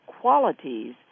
qualities